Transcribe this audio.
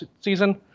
season